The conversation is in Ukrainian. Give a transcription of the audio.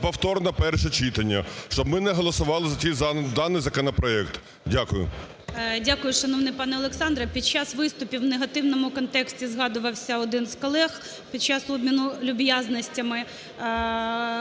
повторне перше читання, щоб ми не голосували за даний законопроект. Дякую. ГОЛОВУЮЧИЙ. Дякую, шановний пане Олександре. Під час виступів в негативному контексті згадувався один з колег під час обміну люб'язностями.